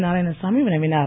நாராயணசாமி வினவினார்